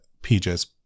PJ's